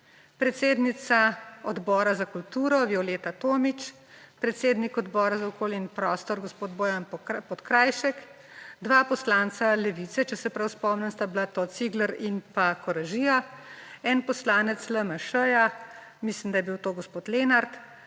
predsednica Odbora za kulturo Violeta Tomić, predsednik Odbora za okolje in prostor gospod Bojan Podkrajšek, 2 poslanca Levice, če se prav spomnim, sta bila to Cigler in pa Koražija, en poslanec LMŠ, mislim, da je bil to gospod Lenart,